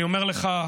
אני אומר לך,